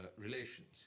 relations